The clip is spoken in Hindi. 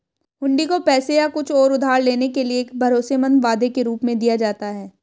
हुंडी को पैसे या कुछ और उधार लेने के एक भरोसेमंद वादे के रूप में दिया जाता है